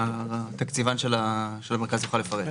התקציבן של המרכז יוכל לפרט.